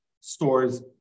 stores